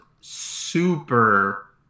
super